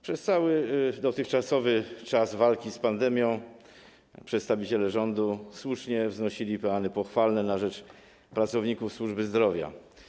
Przez cały dotychczasowy czas walki z pandemią przedstawiciele rządu słusznie wznosili peany pochwalne na cześć pracowników służby zdrowia.